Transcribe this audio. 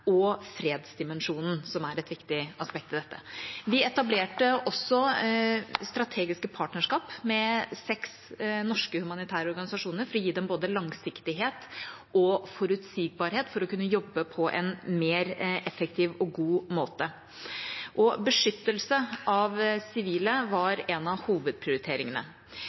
og fredsdimensjonen, som er et viktig aspekt ved dette. De etablerte også strategiske partnerskap med seks norske humanitære organisasjoner for å gi dem både langsiktighet og forutsigbarhet for å kunne jobbe på en mer effektiv og god måte. Beskyttelse av sivile var en av hovedprioriteringene.